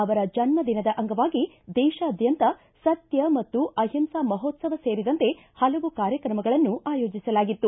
ಅವರ ಜನ್ಮದಿನದ ಅಂಗವಾಗಿ ದೇಶಾದ್ಯಂತ ಸತ್ಯ ಮತ್ತು ಅಹಿಂಸಾ ಮಹೋತ್ಸವ ಸೇರಿದಂತೆ ಪಲವು ಕಾರ್ಯಕ್ರಮಗಳನ್ನು ಆಯೋಜಿಸಲಾಗಿತ್ತು